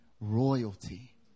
royalty